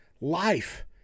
life